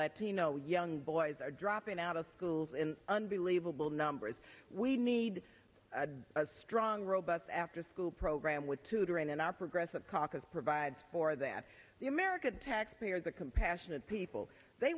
latino young boys are dropping out of schools in unbelievable numbers we need a strong robust afterschool program with tutoring and our progressive caucus provides for that the american taxpayer is a compassionate people they